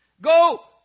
Go